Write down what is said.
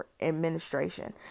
administration